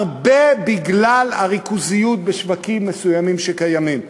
הרבה בגלל הריכוזיות בשווקים מסוימים שקיימים בישראל.